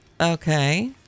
Okay